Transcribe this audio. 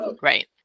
Right